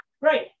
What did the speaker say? Great